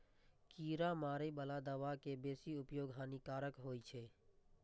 कीड़ा मारै बला दवा के बेसी उपयोग हानिकारक होइ छै